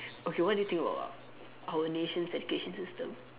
okay what do you think about our nation's education system